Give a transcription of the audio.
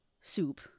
soup